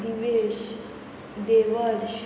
Divesh Devarsh